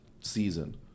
season